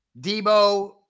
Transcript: Debo